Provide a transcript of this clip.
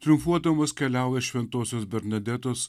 triumfuodamas keliauja šventosios bernadetos